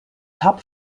top